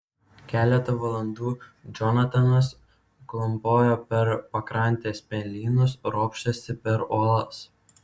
keletą valandų džonatanas klampojo per pakrantės smėlynus ropštėsi per uolas